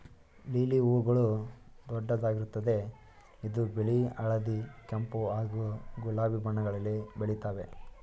lily ಹೂಗಳು ದೊಡ್ಡದಾಗಿರ್ತದೆ ಇದು ಬಿಳಿ ಹಳದಿ ಕೆಂಪು ಹಾಗೂ ಗುಲಾಬಿ ಬಣ್ಣಗಳಲ್ಲಿ ಬೆಳಿತಾವೆ